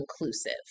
inclusive